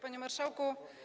Panie Marszałku!